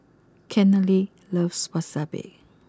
Kennedy loves Wasabi